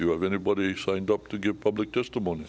you have anybody signed up to give public testimony